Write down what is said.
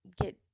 get